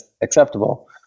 acceptable